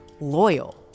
loyal